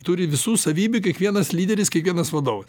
turi visų savybių kiekvienas lyderis kiekvienas vadovas